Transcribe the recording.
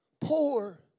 Poor